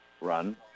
Run